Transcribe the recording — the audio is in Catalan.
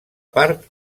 part